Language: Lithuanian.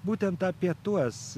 būtent apie tuos